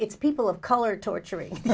it's people of color torturing